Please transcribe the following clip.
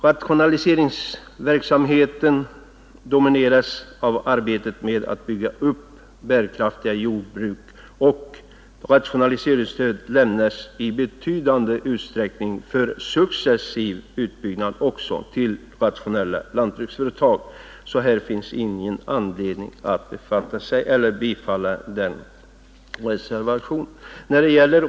Rationaliseringsverksamheten domineras av arbetet med att bygga upp bärkraftiga jordbruk, och rationaliseringsstöd lämnas i betydande utsträckning för successiv utbyggnad också till rationella lantbruksföretag, så här finns ingen anledning att bifalla den reservationen.